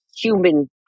human